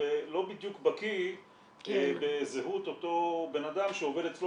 ולא בדיוק בקי בזהות אותו בנאדם שעובד אצלו